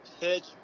pitch